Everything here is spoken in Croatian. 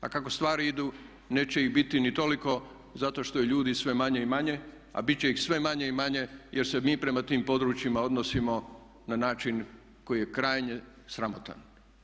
Pa kako stvari idu neće ih biti ni toliko zato što je ljudi sve manje i manje, a bit će ih sve manje i manje jer se mi prema tim područjima odnosimo na način koji je krajnje sramotan.